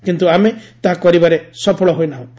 କିନ୍ତୁ ଆମେ ତାହା କରିବାରେ ସଫଳ ହୋଇନାହେଁ